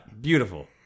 Beautiful